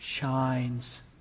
shines